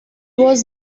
was